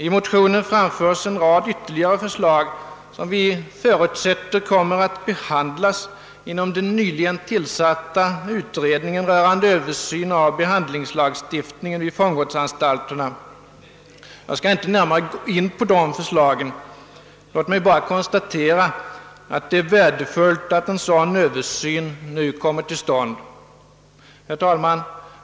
I motionen framförs en rad ytterliga re förslag, som vi förutsätter kommer att behandlas inom den nyligen tillsatta utredningen rörande översyn av behandlingslagstiftningen för fångvårdsanstalterna. Jag skall inte gå närmare in på dessa förslag. Låt mig bara konstatera att det är värdefullt att en sådan översyn nu kommer till stånd. Herr talman!